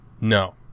no